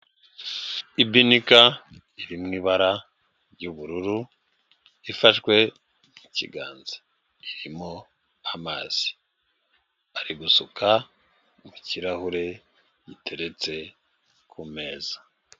Ibinika iri mu ibara ry'ubururu, ifashwe n'ikiganza, irimo amazi, ari gusuka mu kirahure giteretse ku meza.